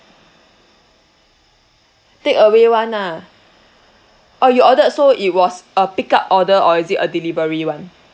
takeaway [one] lah oh you ordered so it was a pick up order or is it a delivery [one]